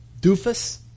doofus